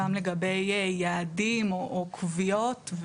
גם לגבי יעדים או קביעות,